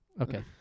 Okay